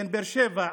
בין באר שבע,